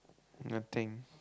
nothing